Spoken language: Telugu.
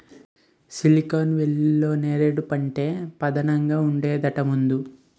సిలికాన్ వేలీలో నేరేడు పంటే పదానంగా ఉండేదట ముందు